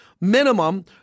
Minimum